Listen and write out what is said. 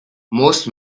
most